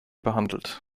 behandelt